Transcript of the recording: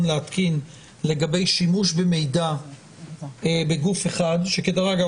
להתקין לגבי שימוש ומידע בגוף אחד ודרך אגב,